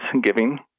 giving